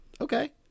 Okay